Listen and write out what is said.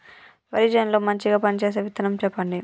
వరి చేను లో మంచిగా పనిచేసే విత్తనం చెప్పండి?